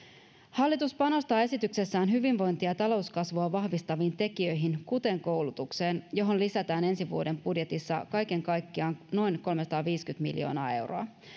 hallitus panostaa esityksessään hyvinvointia ja talouskasvua vahvistaviin tekijöihin kuten koulutukseen johon lisätään ensi vuoden budjetissa kaiken kaikkiaan noin kolmesataaviisikymmentä miljoonaa euroa